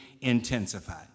intensified